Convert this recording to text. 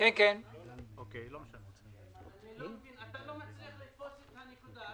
אתה לא מצליח להבין את הנקודה.